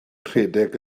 rhedeg